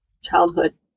childhood